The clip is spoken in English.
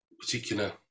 particular